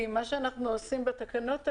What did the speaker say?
כי מה שאנחנו עושים בתקנות האלה,